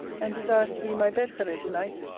and desires to be my bedfellow to-night.